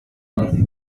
mwana